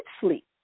sleep